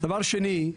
דבר שני,